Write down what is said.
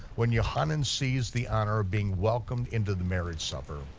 when yochanan sees the honor of being welcomed into the marriage supper,